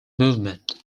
movement